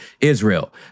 Israel